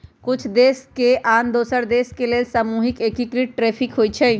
कुछ देश के आन दोसर देश के लेल सामूहिक एकीकृत टैरिफ होइ छइ